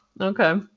Okay